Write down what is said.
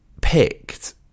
picked